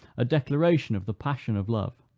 a declaration of the passion of love.